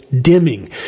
dimming